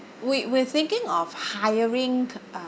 we we're thinking of hiring uh